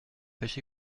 fâché